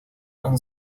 and